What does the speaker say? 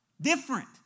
different